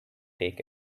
take